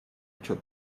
отчет